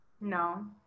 No